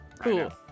Cool